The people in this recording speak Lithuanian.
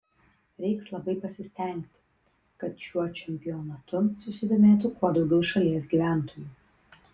reiks labai pasistengti kad šiuo čempionatu susidomėtų kuo daugiau šalies gyventojų